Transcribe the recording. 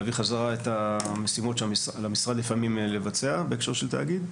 להביא חזרה את המשימות שעל המשרד לפעמים לבצע בהקשר של תאגיד.